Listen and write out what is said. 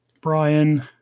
Brian